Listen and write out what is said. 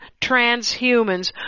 transhumans